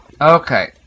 Okay